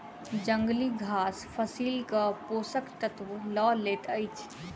जंगली घास फसीलक पोषक तत्व लअ लैत अछि